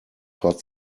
hot